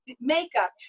makeup